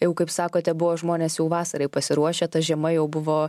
jau kaip sakote buvo žmonės jau vasarai pasiruošę ta žiema jau buvo